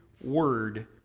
word